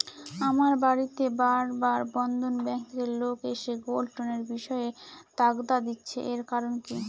আমার বাড়িতে বার বার বন্ধন ব্যাংক থেকে লোক এসে গোল্ড লোনের বিষয়ে তাগাদা দিচ্ছে এর কারণ কি?